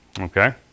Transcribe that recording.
Okay